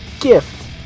gift